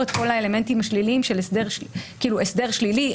את כל האלמנטים השליליים של כאילו הסדר שלילי,